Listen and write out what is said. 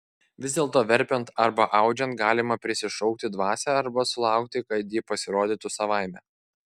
vis dėlto verpiant arba audžiant galima prisišaukti dvasią arba sulaukti kad ji pasirodytų savaime